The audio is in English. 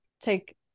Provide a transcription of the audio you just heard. take